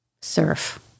Surf